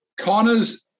Connors